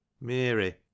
Mary